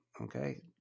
Okay